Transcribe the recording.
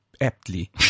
aptly